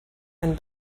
and